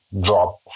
drop